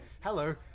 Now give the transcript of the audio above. Hello